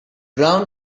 brown